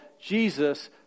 Jesus